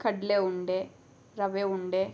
ಕಡಲೆ ಉಂಡೆ ರವೆ ಉಂಡೆ